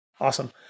Awesome